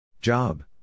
Job